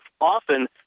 often